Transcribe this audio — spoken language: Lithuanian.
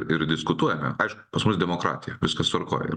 ir diskutuojame aišku pas mus demokratija viskas tvarkoj